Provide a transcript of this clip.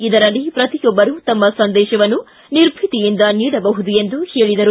ಇದರಲ್ಲಿ ಪ್ರತಿಯೊಬ್ಬರೂ ತಮ್ಮ ಸಂದೇಶವನ್ನು ನಿರ್ಭೀತಿಯಿಂದ ನೀಡಬಹುದು ಎಂದರು